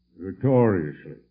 victoriously